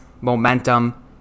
momentum